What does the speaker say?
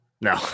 no